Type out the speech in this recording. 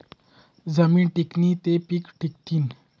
जमीन टिकनी ते पिके टिकथीन